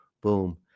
boom